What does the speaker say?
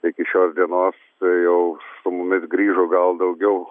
iki šios dienos jau su mumis grįžo gal daugiau